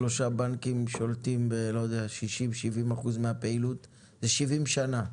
שלושה בנקים שולטים ב-60%-70% מהפעילות ל-70 שנה.